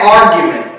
argument